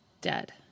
Dead